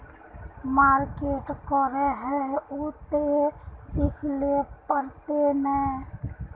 Market करे है उ ते सिखले पड़ते नय?